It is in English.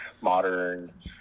modern